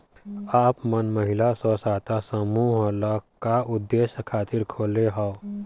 आप मन महिला स्व सहायता समूह ल का उद्देश्य खातिर खोले हँव?